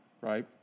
right